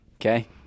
Okay